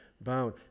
bound